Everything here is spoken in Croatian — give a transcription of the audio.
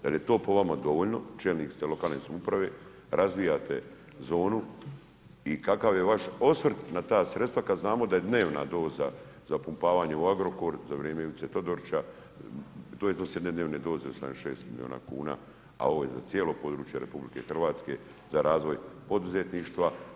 Da li je to po vama dovoljno, čelnik ste lokalne samouprave, razvijate zonu i kakav je vaš osvrt na ta sredstva kada znamo da je dnevna doza za pumpavanje u Agrokor za vrijeme Ivice Todorića to su dnevne doze od 76 milijuna kuna, a ovo je za cijelo područje Republike Hrvatske za razvoj poduzetništva.